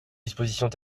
dispositions